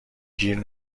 گیر